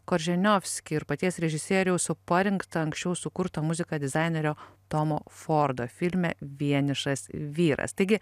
korženiovski ir paties režisieriaus parinktą anksčiau sukurtą muziką dizainerio tomo fordo filme vienišas vyras taigi